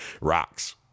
Rocks